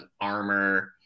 Armor